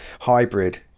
hybrid